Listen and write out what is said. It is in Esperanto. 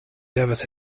devas